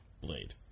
Blade